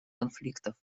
конфликтов